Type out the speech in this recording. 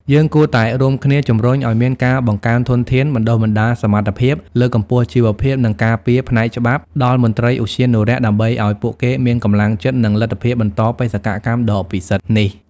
យើងគួរតែរួមគ្នាជំរុញឲ្យមានការបង្កើនធនធាន បណ្តុះបណ្តាលសមត្ថភាព លើកកម្ពស់ជីវភាព និងការពារផ្នែកច្បាប់ដល់មន្ត្រីឧទ្យានុរក្ស ដើម្បីឲ្យពួកគេមានកម្លាំងចិត្ត និងលទ្ធភាពបន្តបេសកកម្មដ៏ពិសិដ្ឋនេះ។